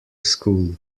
school